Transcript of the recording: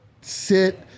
sit